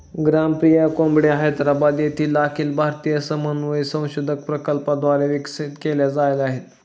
ग्रामप्रिया कोंबड्या हैदराबाद येथील अखिल भारतीय समन्वय संशोधन प्रकल्पाद्वारे विकसित झाल्या आहेत